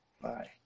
Bye